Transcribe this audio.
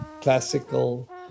classical